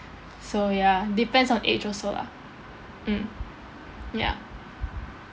so ya depends on age also ah mm ya